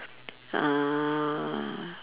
uh